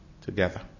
together